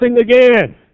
again